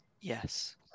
Yes